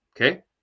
okay